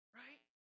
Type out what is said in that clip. right